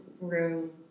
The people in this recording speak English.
room